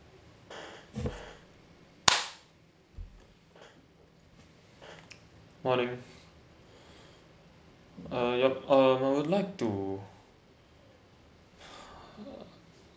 morning uh yup um I would like to